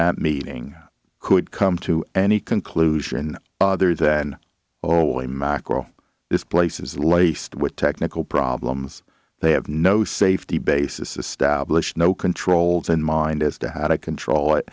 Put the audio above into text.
that meeting could come to any conclusion other than holy mackerel this place is laced with technical problems they have no safety basis established no controls in mind as to how to control it